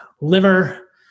liver